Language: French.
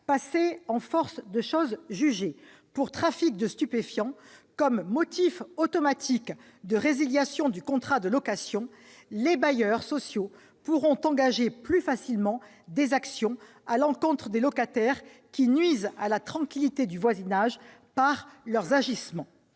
passée en force de chose jugée pour résilier automatiquement le contrat de location, les bailleurs sociaux pourront engager plus facilement des actions à l'encontre des locataires qui nuisent à la tranquillité du voisinage par leurs agissements.